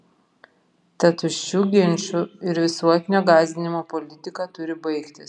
ta tuščių ginčų ir visuotinio gąsdinimo politika turi baigtis